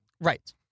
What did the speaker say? Right